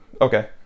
okay